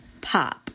pop